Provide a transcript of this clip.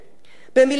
במלים פשוטות,